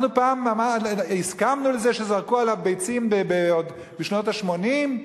אנחנו פעם הסכמנו לזה שזרקו עליו ביצים בשנות ה-80?